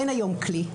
אין היום כלי.